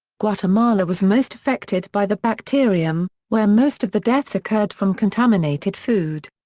guatemala was most affected by the bacterium, where most of the deaths occurred from contaminated food.